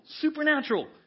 Supernatural